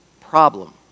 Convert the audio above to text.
Problem